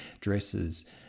dresses